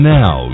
now